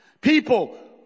People